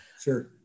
Sure